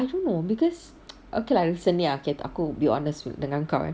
I don't know because okay lah recently okay aku be honest with dengan kau eh